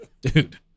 Dude